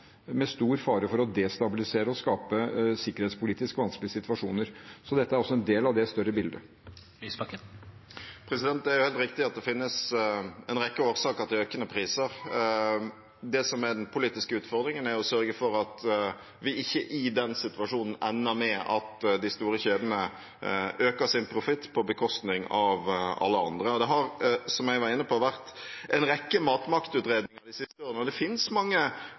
med stor fare for å destabilisere og skape sikkerhetspolitisk vanskelige situasjoner. Dette er også en del av det større bildet. Det er helt riktig at det finnes en rekke årsaker til økende priser. Det som er den politiske utfordringen, er å sørge for at vi ikke i den situasjonen ender med at de store kjedene øker sin profitt på bekostning av alle andre. Det har, som jeg var inne på, vært en rekke matmaktutredninger de siste årene, og det finnes mange